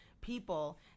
people